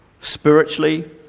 spiritually